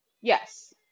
Yes